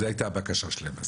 זו הייתה הבקשה שלהם.